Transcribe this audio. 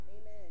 Amen